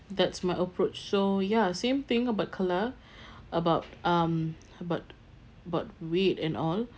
that's my approach so ya same thing about colour about um about about weight and all